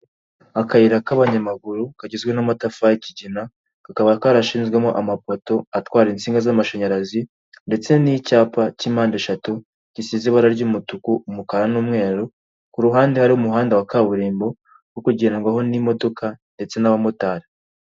Akayira k'abanyamaguru kagizwe n'amatafari y'ikigina kakaba karashinzwemo amapoto atwara insinga z'amashanyarazi ndetse n'icyapa cy'impande eshatu gisize ibara ry'umutuku umukara n'umweru, ku ruhande hari umuhanda wa kaburimbo wo kugerwaho n'imodoka ndetse n'abamotari